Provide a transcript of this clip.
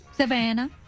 Savannah